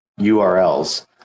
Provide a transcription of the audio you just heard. urls